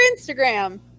Instagram